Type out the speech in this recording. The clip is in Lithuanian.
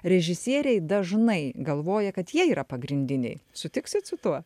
režisieriai dažnai galvoja kad jie yra pagrindiniai sutiksit su tuo